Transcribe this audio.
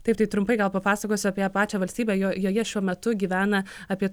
taip tai trumpai gal papasakosiu apie pačią valstybę jo joje šiuo metu gyvena apie